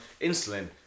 insulin